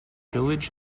village